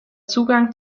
zugang